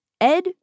Ed